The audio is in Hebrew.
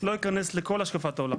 לא אכנס לכל השקפת העולם,